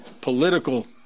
political